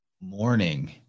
Morning